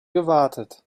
gewartet